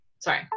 sorry